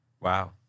Wow